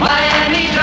Miami